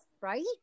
Right